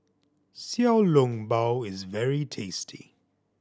Xiao Long Bao is very tasty